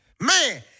Man